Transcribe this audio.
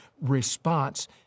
response